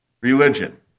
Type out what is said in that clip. religion